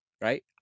right